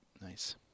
Nice